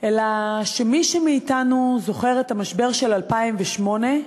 אלא שמי מאתנו שזוכר את המשבר של 2008,